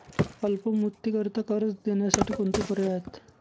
अल्प मुदतीकरीता कर्ज देण्यासाठी कोणते पर्याय आहेत?